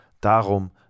Darum